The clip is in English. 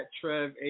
Trev